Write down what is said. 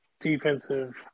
defensive